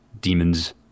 demons